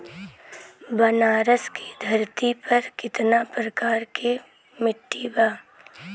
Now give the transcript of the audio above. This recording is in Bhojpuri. बनारस की धरती पर कितना प्रकार के मिट्टी बा?